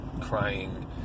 crying